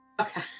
Okay